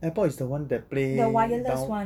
AirPod is the [one] that play down